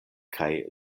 kaj